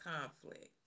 conflict